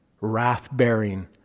wrath-bearing